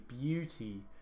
beauty